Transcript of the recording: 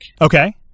Okay